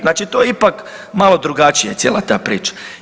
Znači to je ipak malo drugačije, cijela ta priča.